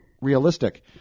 realistic